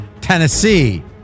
Tennessee